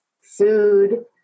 food